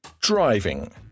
Driving